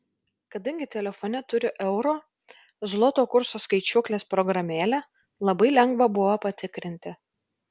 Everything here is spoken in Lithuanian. kadangi telefone turiu euro zloto kurso skaičiuoklės programėlę labai lengva buvo patikrinti